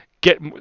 get